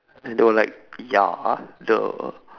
I know like ya !duh!